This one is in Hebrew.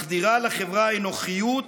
מחדירה לחברה אנוכיות,